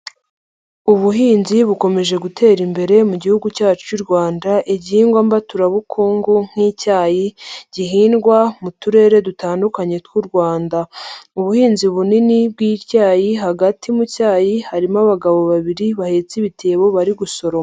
Ubuhinzi bukomeje gutera imbere mu gihugu cyacu cy'u Rwanda, igihingwa mbaturabukungu nk'icyayi gihingwa mu turere dutandukanye tw'u Rwanda. Ubuhinzi bunini bw'icyayi, hagati mu cyayi harimo abagabo babiri bahetse ibitebo bari gusoroma.